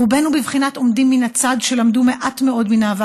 רובנו בבחינת עומדים מן הצד,